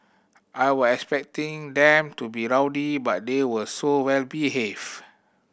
I was expecting them to be rowdy but they were so well behaved